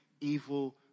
evil